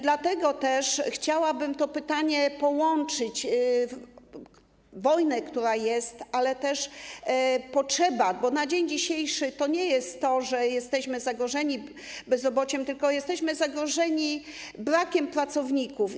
Dlatego też chciałabym to pytanie połączyć, o wojnę, która jest, ale też o potrzeby, bo na dzień dzisiejszy nie jest tak, że jesteśmy zagrożeni bezrobociem, tylko jesteśmy zagrożeni brakiem pracowników.